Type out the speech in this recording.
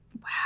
Wow